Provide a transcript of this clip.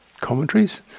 commentaries